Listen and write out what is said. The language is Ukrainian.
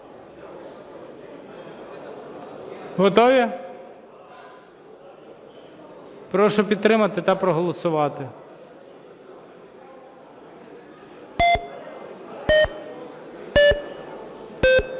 денному. Прошу підтримати та проголосувати.